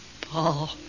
Paul